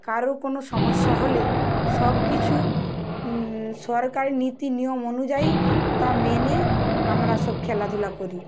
কারও কোন সমস্যা হলে সবকিছু সরকারি নীতি নিয়ম অনুযায়ী তা মেনে আমরা সব খেলাধুলা করি